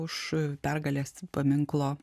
už pergalės paminklo